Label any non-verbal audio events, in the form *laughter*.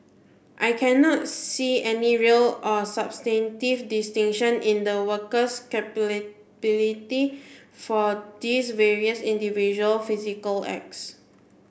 I cannot see any real or substantive distinction in the worker's *unintelligible* for these various individual physical acts